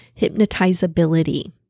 hypnotizability